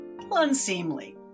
unseemly